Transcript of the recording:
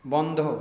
বন্ধ